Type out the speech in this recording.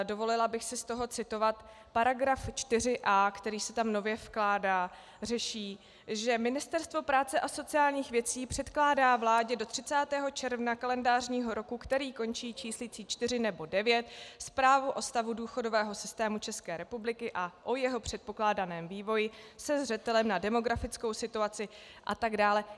Dovolila bych si z toho citovat § 4a, který se tam nově vkládá, řeší, že Ministerstvo práce a sociálních věcí předkládá vládě do 30. června kalendářního roku, který končí číslicí 4 nebo 9, zprávu o stavu důchodového systému České republiky a o jeho předpokládaném vývoji se zřetelem na demografickou situaci atd.